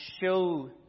show